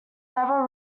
never